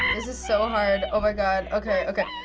is is so hard. oh my god, okay, okay.